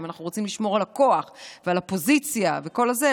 אם אנחנו רוצים לשמור על הכוח ועל הפוזיציה וכל זה,